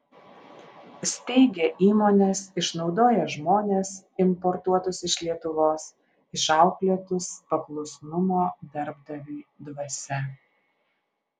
steigia įmones išnaudoja žmones importuotus iš lietuvos išauklėtus paklusnumo darbdaviui dvasia